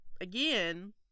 again